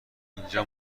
اینجا